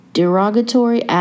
derogatory